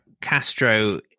Castro